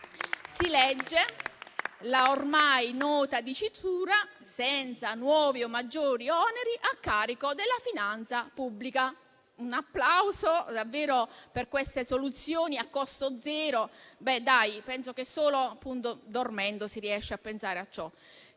Si legge la ormai nota dicitura «senza nuovi o maggiori oneri a carico della finanza pubblica». Un applauso davvero per queste soluzioni a costo zero. Penso che solo dormendo si riesca a pensare a ciò.